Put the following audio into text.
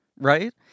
Right